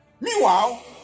Meanwhile